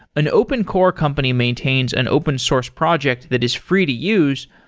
an open court company maintains an open source project that is free to use,